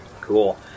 Cool